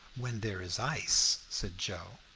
when there is ice, said joe.